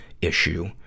issue